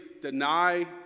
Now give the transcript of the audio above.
deny